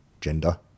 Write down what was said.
gender